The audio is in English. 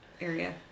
area